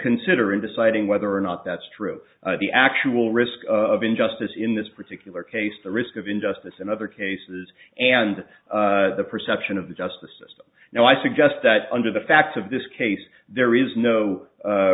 consider in deciding whether or not that's true the actual risk of injustice in this particular case the risk of injustice in other cases and the perception of the justice system now i suggest that under the facts of this case there is no